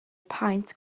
paent